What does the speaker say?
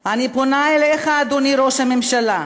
אני פונה אליך, אדוני ראש הממשלה: